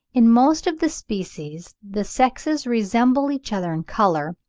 in most of the species the sexes resemble each other in colour,